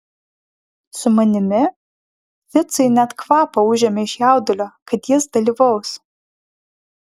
su manimi ficui net kvapą užėmė iš jaudulio kad jis dalyvaus